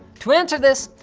to answer this,